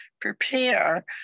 prepare